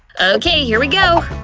okay, here we go!